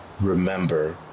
remember